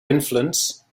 influence